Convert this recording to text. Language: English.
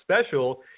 special